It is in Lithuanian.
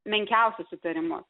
menkiausius įtarimus